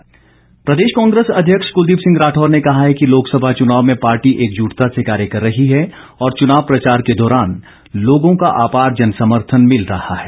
कुलदीप राठौर प्रदेश कांग्रेस अध्यक्ष क्लदीप सिंह राठौर ने कहा है कि लोकसभा चुनाव में पार्टी एकजुटता से कार्य कर रही है और चुनाव प्रचार के दौरान लोगों का आपार जनसमर्थन मिल रहा है